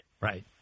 right